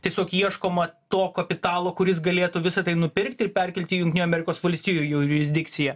tiesiog ieškoma to kapitalo kuris galėtų visa tai nupirkti ir perkelti į jungtinių amerikos valstijų jurisdikciją